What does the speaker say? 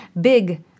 big